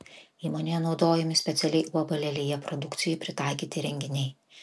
įmonėje naudojami specialiai uab lelija produkcijai pritaikyti įrenginiai